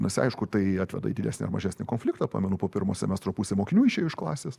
nes aišku tai atveda į didesnį ar mažesnį konfliktą pamenu po pirmo semestro pusė mokinių išėjo iš klasės